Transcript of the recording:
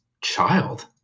child